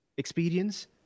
experience